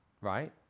right